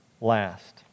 last